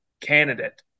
candidate